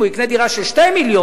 אם הוא יקנה דירה של 2 מיליון,